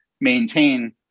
maintain